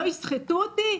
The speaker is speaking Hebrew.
לא יסחטו אותי,